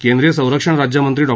केंद्रीय संरक्षण राज्यमंत्री डॉ